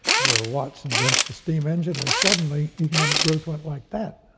where watts invents the steam engine, and suddenly, economic growth went like that.